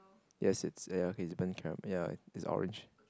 yes is it ya is burnt caramel ya it's orange